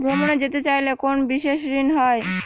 ভ্রমণে যেতে চাইলে কোনো বিশেষ ঋণ হয়?